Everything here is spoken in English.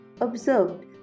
observed